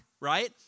right